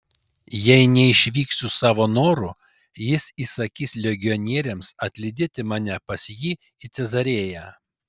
jei neišvyksiu savo noru jis įsakys legionieriams atlydėti mane pas jį į cezarėją